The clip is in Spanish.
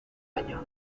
año